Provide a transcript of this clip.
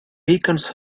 beckons